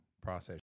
process